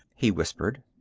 he whispered.